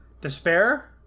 Despair